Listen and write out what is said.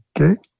Okay